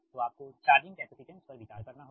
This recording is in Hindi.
तो आपको चार्जिंग कैपेसिटेंस पर विचार करना होगा